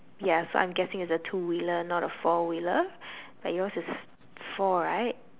ya so I'm guessing it's a two wheeler not a four wheeler but yours is four right